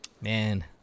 Man